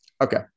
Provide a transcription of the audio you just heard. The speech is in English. Okay